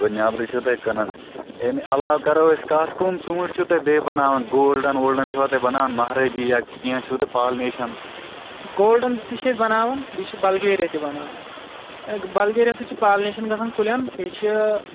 golden تہِ چھِ أسۍ بَناوان بیٚیہ چھِ بَلگیرِیا تہِ بَناوان بَلگیرِیا سۭتۍ چھِ پالنیشَن گَژھان کُلٮ۪ن بیٚیہِ چھِ